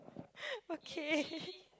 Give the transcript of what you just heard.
okay